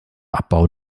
abbau